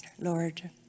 Lord